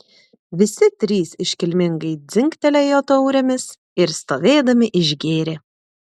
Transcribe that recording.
visi trys iškilmingai dzingtelėjo taurėmis ir stovėdami išgėrė